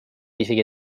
isegi